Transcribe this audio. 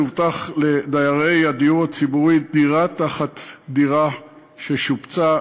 תובטח לדיירי הדיור הציבורי דירה תחת דירה ששופצה.